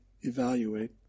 evaluate